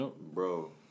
bro